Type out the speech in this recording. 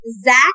Zach